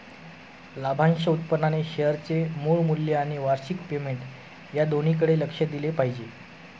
लाभांश उत्पन्नाने शेअरचे मूळ मूल्य आणि वार्षिक पेमेंट या दोन्हीकडे लक्ष दिले पाहिजे